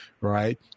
Right